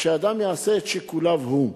ושאדם יעשה את שיקוליו הוא.